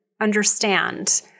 understand